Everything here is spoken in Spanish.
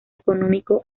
económico